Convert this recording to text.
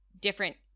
different